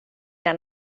den